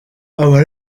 aba